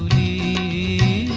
e